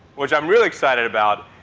which i'm really excited about.